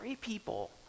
people